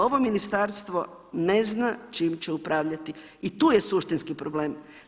Ovo ministarstvo ne zna čim će upravljati i tu je suštinski problem.